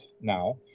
now